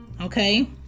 okay